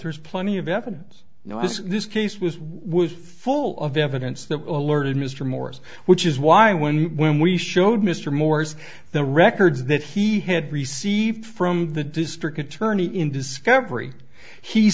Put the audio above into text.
there's plenty of evidence now as this case was was full of evidence that learned mr morris which is why when when we showed mr morris the records that he had received from the district attorney in discovery he